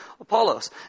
Apollos